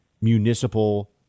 municipal